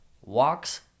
walks